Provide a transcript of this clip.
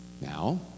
Now